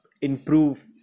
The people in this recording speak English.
improve